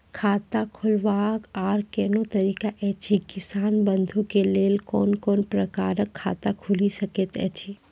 खाता खोलवाक आर कूनू तरीका ऐछि, किसान बंधु के लेल कून कून प्रकारक खाता खूलि सकैत ऐछि?